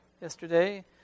yesterday